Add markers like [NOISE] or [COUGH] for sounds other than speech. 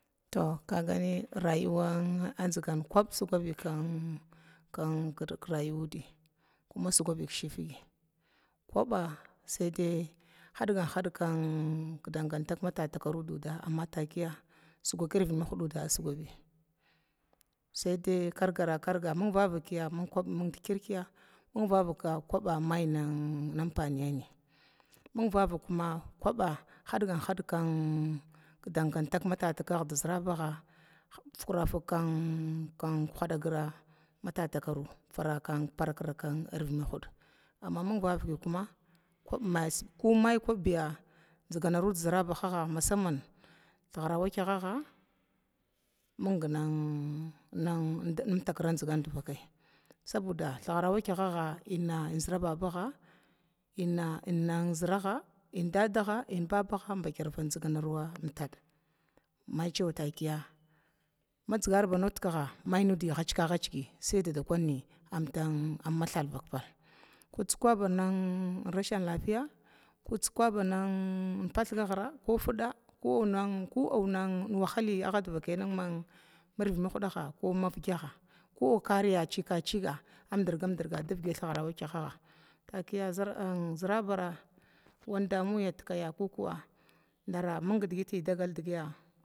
To kagani rayuwan azingana kub siggabi kin rayuwudbi nnda bad shifgi, kuba saidai khadgant hadga kin danganta matatakaru duda matakiya suga kirvid duda sugabi, saida kargara karga mingvavakaya kargara kwub mingkirkiya minyava kakuba mai nampaniyani mingvava koma kuba hadgat had kidangantaka zəraba fukra fig hadagaruwa matataru fara parak matataka ruwa, amma mingvava kuma maikuba sugani komi kubbiya zingaru dizarabahaga thigara wakyagaga mingning əmtukra zəngan divaki, sabuda thigra wakyagaga ənna zhiira badbuga ənna zəraga ənbabaga əndaadaya əntada mai watakiya madzigar digit kiga amda mathl dag pal, ko rashin lafiya ko ma tsuka ba pathgaghira ko mahayi mirvi mahdaga ko ma kari a cikakiga amdrgamdrga davak thgrawakyaga ga takiya zərabava mindigita a dzagara [UNINTELLIGIBLE]